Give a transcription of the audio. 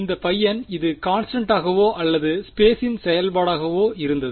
இந்த பையன் அது கான்ஸ்டண்டாகவோ அல்லது ஸ்பேஸின் செயல்பாடாகவோ இருந்தது